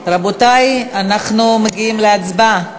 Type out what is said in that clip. רבותי, אנחנו מגיעים להצבעה.